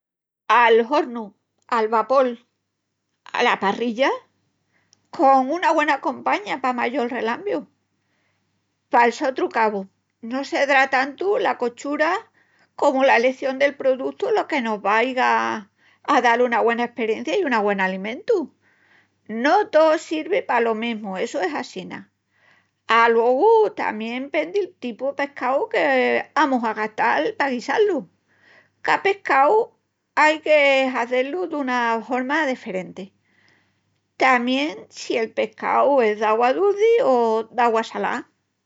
Al hornu, al vapol, ala parrilla, con una güena compaña pa mayol relambiu. Pal sotru cabu, no sedrá tantu la cochura comu la eleción del produtu la que mos vaiga a dal una güena esperiencia i una güena alimentu. No tó sirvi palo mesmu, essu es assina. Aluegu tamién pendi'l tipu de pescau que amus a gastal pa guisá-lu, ca pescau ai que hazé-lu duna horma deferenti, tamién si el pescau es d'augua duci o d'augua salá.